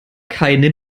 keine